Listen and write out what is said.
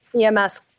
EMS